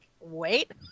wait